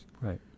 Right